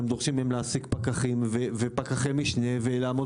הם דורשים מהם להעסיק פקחי ופקחי משנה ולעמוד